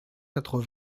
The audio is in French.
quatre